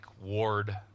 ward